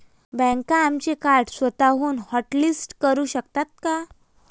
बँका आमचे कार्ड स्वतःहून हॉटलिस्ट करू शकतात का?